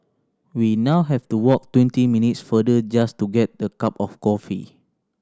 we now have to walk twenty minutes farther just to get the cup of coffee